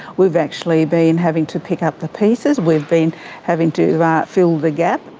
we've actually been having to pick up the pieces, we've been having to fill the gap.